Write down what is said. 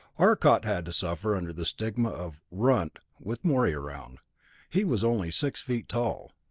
arcot had to suffer under the stigma of runt with morey around he was only six feet tall.